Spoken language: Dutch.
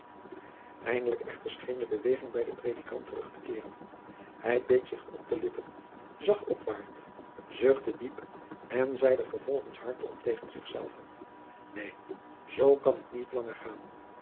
eindelijk echter scheen de beweging bij den predikant terug te keeren hij beet zich op de lippen zag opwaart zuchtte diep en zeide vervolgens hardop tegen zich zelven neen zoo kan het niet langer gaan